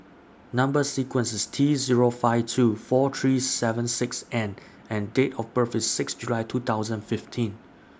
Number sequence IS T Zero five two four three seven six N and Date of birth IS six July two thousand fifteen